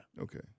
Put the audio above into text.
Okay